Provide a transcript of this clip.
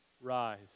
rise